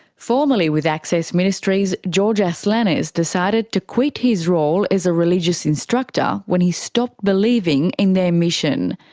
formerly with access ministries, george ah aslanis decided to quit his role as a religious instructor when he stopped believing in their mission.